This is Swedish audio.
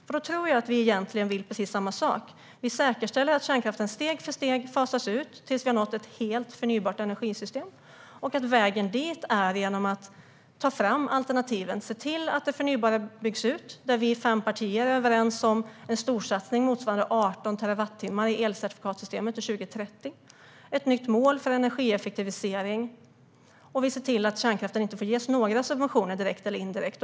I så fall tror jag att vi egentligen vill precis samma sak: Vi säkerställer att kärnkraften steg för steg fasas ut tills vi har nått ett helt förnybart energisystem och att vägen dit är att ta fram alternativ och se till att det förnybara byggs ut. Där är vi fem partier som är överens om en storsatsning motsvarande 18 terawattimmar i elcertifikatssystemet till 2030 och ett nytt mål för energieffektivisering. Vi ser även till att kärnkraften inte får ges några subventioner, direkt eller indirekt.